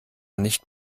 nicht